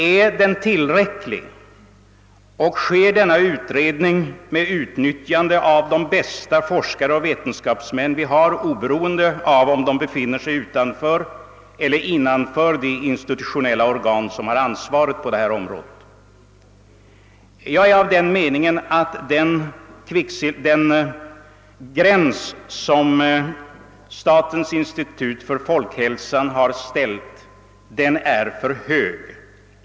är den tillräcklig och försiggår den med utnyttjande av de bästa forskare och vetenskapsmän vi har, oberoende av om de befinner sig utanför eller innanför de institutionella organ som bär ansvaret på detta område? Jag är av den meningen att den gräns för kvicksilverhalten som statens institut för folkhälsan har dragit är för hög.